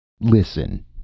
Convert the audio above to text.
Listen